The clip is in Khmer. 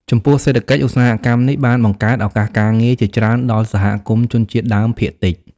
ចំពោះសេដ្ឋកិច្ច ឧស្សាហកម្មនេះបានបង្កើត ឱកាសការងារ ជាច្រើនដល់សហគមន៍ជនជាតិដើមភាគតិច។